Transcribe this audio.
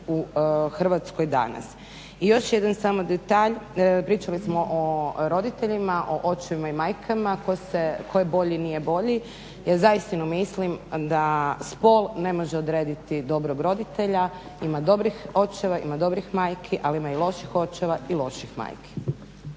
u Hrvatskoj danas. I još jedan samo detalj, pričali smo o roditeljima, o očevima i majkama tko je bolji, nije bolji. Ja zaista mislim da spol ne može odrediti dobrog roditelja, ima dobrih očeva, ima dobrih majki ali ima loših očeva i loših majki.